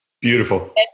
Beautiful